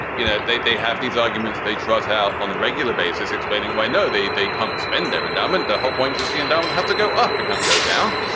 you know, they they have these arguments they trot out on a regular basis explaining why, no, they they can't spend their endowment. the whole point is the endowment has to go up. it can go down.